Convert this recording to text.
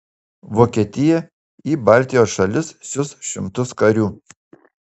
vokietija į baltijos šalis siųs šimtus karių